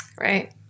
Right